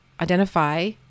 identify